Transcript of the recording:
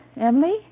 Emily